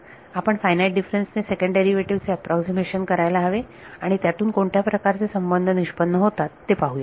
आपण finite difference ने second derivative चे अॅप्रॉक्सीमेशन करायला हवे आणि त्यातून कोणत्या प्रकारचे संबंध निष्पन्न होतात ते पाहूया